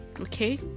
Okay